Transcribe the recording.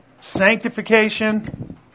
sanctification